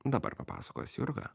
dabar papasakos jurga